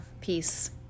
peace